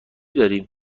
داریم